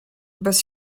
bez